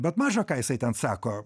bet maža ką jisai ten sako